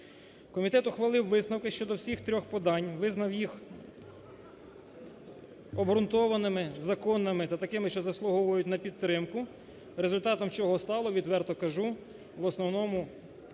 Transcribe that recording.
Комітет ухвалив висновки щодо всіх трьох подань, визнав їх обґрунтованими, законними та такими, що заслуговують на підтримку, результатом чого стало, відверто кажу, в основному